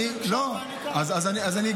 לא, אני שואל.